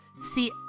See